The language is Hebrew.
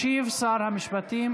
ישיב שר המשפטים